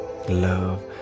Love